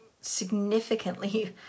significantly